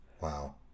Wow